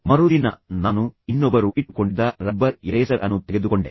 ಮರುದಿನ ನಾನು ಇನ್ನೊಬ್ಬರು ಇಟ್ಟುಕೊಂಡಿದ್ದ ರಬ್ಬರ್ ಎರೇಸರ್ ಅನ್ನು ತೆಗೆದುಕೊಂಡೆ